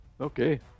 Okay